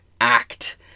act